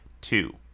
Two